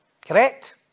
Correct